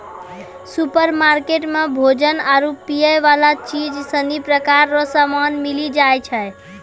supermarket मे भोजन आरु पीयवला चीज सनी प्रकार रो समान मिली जाय छै